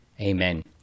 Amen